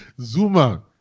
zuma